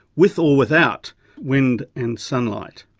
with or without wind and sunlight.